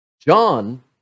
John